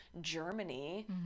Germany